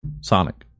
sonic